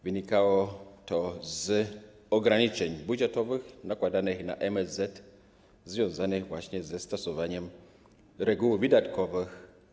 Wynikało to z ograniczeń budżetowych nakładanych na MSZ, związanych ze stosowaniem reguł wydatkowych.